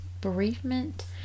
bereavement